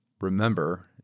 Remember